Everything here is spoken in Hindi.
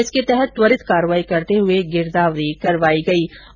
इसके तहत त्वरित कार्यवाही करते हए गिरदावरी करवाई गईे